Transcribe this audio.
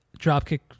dropkick